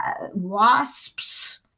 wasps